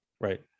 Right